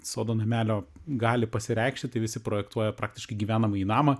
sodo namelio gali pasireikšti tai visi projektuoja praktiškai gyvenamąjį namą